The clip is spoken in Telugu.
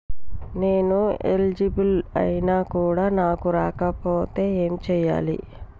నేను ఎలిజిబుల్ ఐనా కూడా నాకు రాకపోతే ఏం చేయాలి?